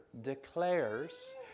declares